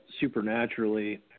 supernaturally